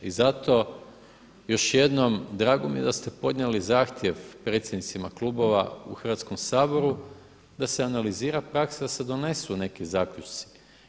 I zato još jednom drago mi je da ste podnijeli zahtjev predsjednicima klubova u Hrvatskom saboru da se analizira praksa, da se donesu neki zaključci.